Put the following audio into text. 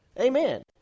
Amen